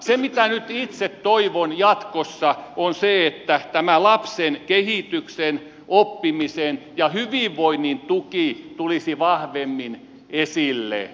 se mitä nyt itse toivon jatkossa on se että tämä lapsen kehityksen oppimisen ja hyvinvoinnin tuki tulisi vahvemmin esille